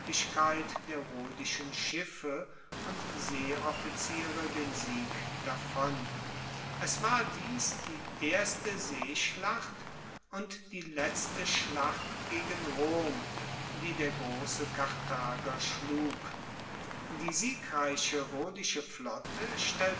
der rhodischen schiffe und seeoffiziere den sieg davon es war dies die erste seeschlacht und die letzte schlacht gegen rom die der grosse karthager schlug die siegreiche rhodische flotte stellte